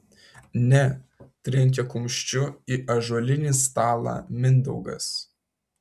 ne trenkė kumščiu į ąžuolinį stalą mindaugas